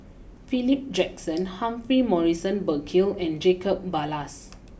Philip Jackson Humphrey Morrison Burkill and Jacob Ballas